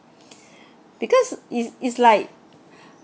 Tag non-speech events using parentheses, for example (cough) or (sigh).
(breath) because it's it's like